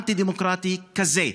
אנטי-דמוקרטי כזה.